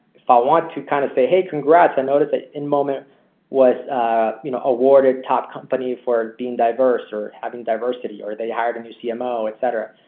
if i want to kind of say, hey congrats, i notice that in. was you know awarded top company for being diverse or having diversity or they hired a new cmo etcetera.